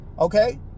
Okay